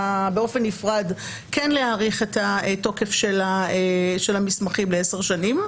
באופן נפרד כן להאריך את התוקף של המסמכים לעשר שנים,